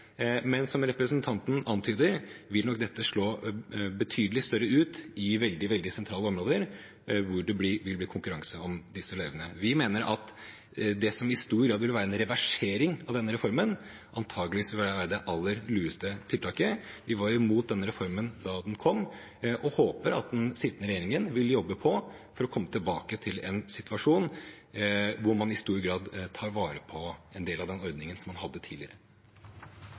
men som representanten antyder, vil nok dette slå betydelig bedre ut i veldig sentrale områder, hvor det vil bli konkurranse om disse løyvene. Vi mener at det som i stor grad vil være en reversering av denne reformen, antageligvis vil være det aller lureste tiltaket. Vi var imot denne reformen da den kom og håper at den sittende regjeringen vil jobbe på for å komme tilbake til en situasjon hvor man i stor grad tar vare på en del av den ordningen man hadde tidligere.